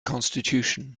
constitution